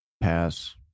Pass